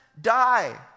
die